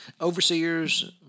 overseers